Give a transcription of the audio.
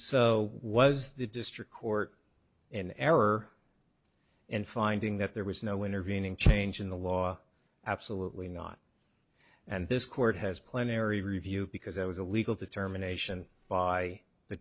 so was the district court in error and finding that there was no intervening change in the law absolutely not and this court has plenary review because it was a legal determination by the